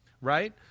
right